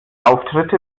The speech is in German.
auftritte